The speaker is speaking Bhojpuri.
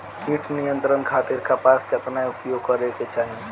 कीट नियंत्रण खातिर कपास केतना उपयोग करे के चाहीं?